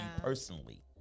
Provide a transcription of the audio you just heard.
personally